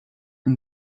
and